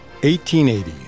1880